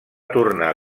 tornar